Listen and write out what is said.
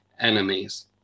enemies